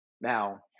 now